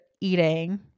eating